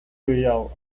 yao